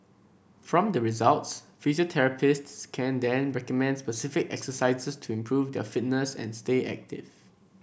from the results physiotherapists can then recommend specific exercises to improve their fitness and stay active